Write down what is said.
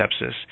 sepsis